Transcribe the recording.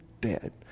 dead